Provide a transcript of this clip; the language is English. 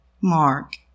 Mark